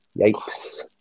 Yikes